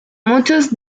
muchos